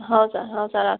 ହଁ ସାର୍ ହଁ ସାର୍ ଆସୁଛୁ